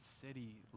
city